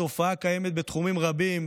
התופעה קיימת בתחומים רבים,